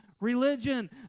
Religion